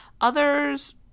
others